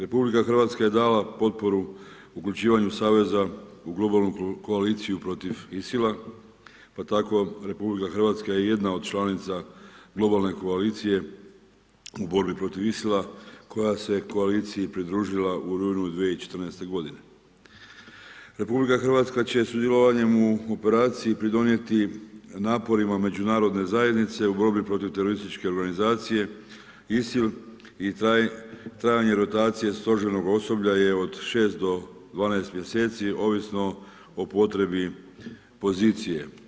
RH je dala potporu uključivanja saveza u globalnu koaliciju protiv ISIL-a pa tako RH je jedna od članica globalne koalicije u borbi protiv ISIL-a koja se koalicija pridružila u rujnu 2014. g. RH će sudjelovanjem u operaciji pridonijeti naporima međunarodne zajednice u borbi protiv terorističke organizacije ISIL i trajanje lokacije stožernog osoblja je od 6-12 mj. ovisno o potrebi pozicije.